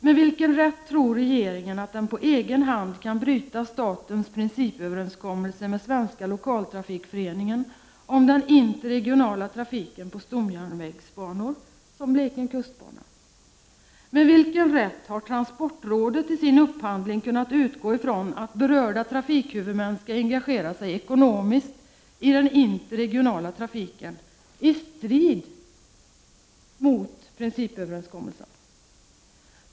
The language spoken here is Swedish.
Med vilken rätt har transportrådet vid sin upphandling kunnat utgå ifrån att berörda trafikhuvudmän skall engagera sig ekonomiskt i den interregionala trafiken — i strid mot principöverenskommelsen?